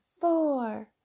four